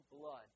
blood